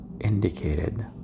indicated